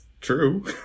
true